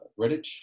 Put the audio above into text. Redditch